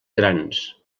grans